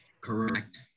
Correct